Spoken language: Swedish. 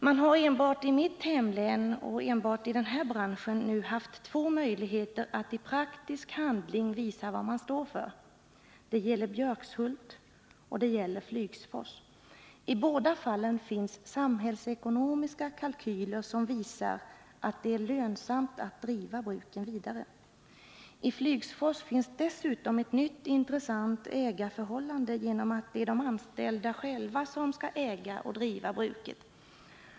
Man har enbart i mitt hemlän och enbart i den här branschen nu haft två möjligheter att i praktisk handling visa vad man står för. Det gäller Björkshult och Flygsfors. I båda fallen finns samhällsekonomiska kalkyler som visar att det är lönsamt att driva bruken vidare. I Flygsfors finns dessutom ett nytt intressant ägarförhållande. Det är de anställda själva som äger och driver bruket.